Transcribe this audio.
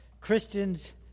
Christians